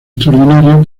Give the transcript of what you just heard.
extraordinario